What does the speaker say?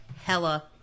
hella